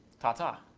ta-ta.